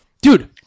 dude